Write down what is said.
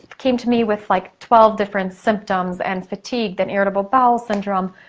came to me with like twelve different symptoms, and fatigue then irritable bowel syndrome,